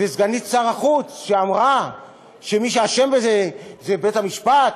וסגנית שר החוץ שאמרה שמי שאשם בזה זה בית-המשפט,